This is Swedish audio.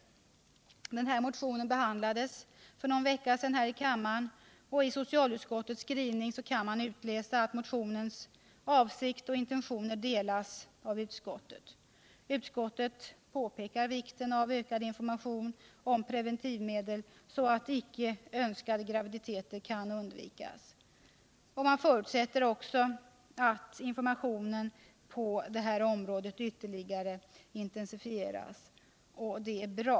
Denna motion behandlades för någon vecka sedan här i kammaren, och av socialutskottets skrivning kan man utläsa att utskottet instämmer i motionens intentioner. Utskottet påpekar vikten av ökad information om preventivmedel, så att icke önskade graviditeter kan undvikas. Man förutsätter också att informationen på detta område ytterligare intensifieras. Det är bra.